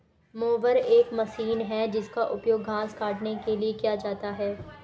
mower एक machine है जिसका उपयोग घास काटने के लिए किया जाता है